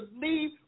leave